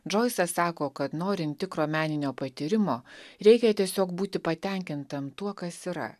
džoisas sako kad norim tikro meninio patyrimo reikia tiesiog būti patenkintam tuo kas yra